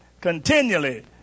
continually